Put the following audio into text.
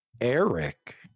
Eric